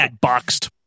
boxed